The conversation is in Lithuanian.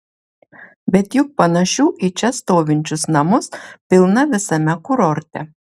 bet juk panašių į čia stovinčius namus pilna visame kurorte